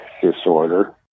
disorder